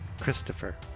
Christopher